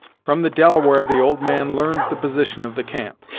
from the delaware the old man learned the position of the camp,